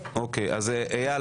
אייל,